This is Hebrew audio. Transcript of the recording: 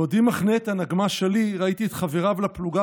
בעודי מחנה את הנגמ"ש שלי ראיתי את חבריו לפלוגה